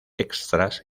extras